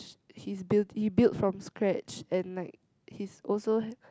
sh~ he's built he built from scratch and like he's also